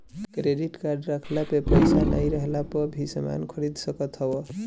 credit card रखला पे पईसा नाइ रहला पअ भी समान खरीद सकत हवअ